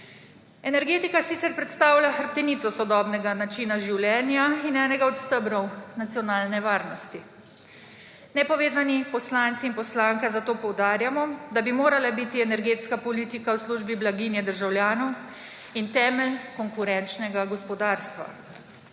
Energetika sicer predstavlja hrbtenico sodobnega načina življenja in enega od stebrov nacionalne varnosti. Nepovezani poslanci in poslanka zato poudarjamo, da bi morala biti energetska politika v službi blaginje državljanov in temelj konkurenčnega gospodarstva.